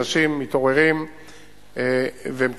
אנשים מתעוררים ומקבלים.